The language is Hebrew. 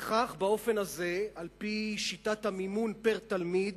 וכך באופן הזה, על-פי שיטת המימון פר-תלמיד,